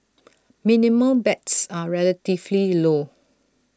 minimum bets are relatively low